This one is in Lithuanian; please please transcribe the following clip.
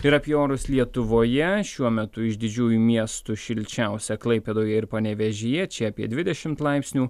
ir apie orus lietuvoje šiuo metu iš didžiųjų miestų šilčiausia klaipėdoje ir panevėžyje čia apie dvidešimt laipsnių